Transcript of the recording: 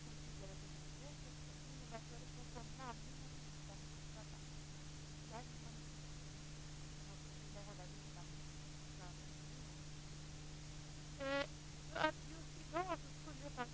Lokal demokrati är viktig.